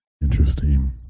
Interesting